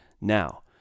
Now